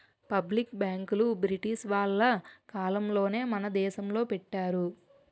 public బ్యాంకులు British వాళ్ళ కాలంలోనే మన దేశంలో పెట్టారు